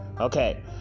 Okay